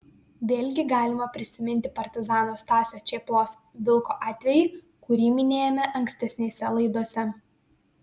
vėlgi galima prisiminti partizano stasio čėplos vilko atvejį kurį minėjome ankstesnėse laidose